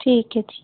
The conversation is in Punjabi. ਠੀਕ ਹੈ ਜੀ